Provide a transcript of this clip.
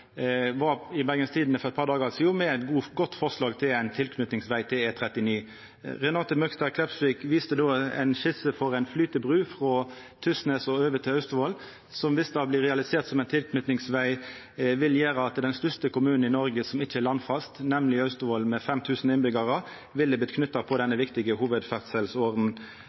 for eit par dagar sidan med eit godt forslag til ein tilknytingsveg til E39: Renate Møgster Klepsvik viste då ei skisse for ei flytebru frå Tysnes og over til Austevoll, som dersom ho blir realisert som ein tilknytingsveg, vil gjera at den største kommunen i Noreg som ikkje er landfast, nemleg Austevoll med 5 000 innbyggjarar, ville vorte knytt på denne viktige